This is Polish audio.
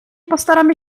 postaramy